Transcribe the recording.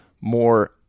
more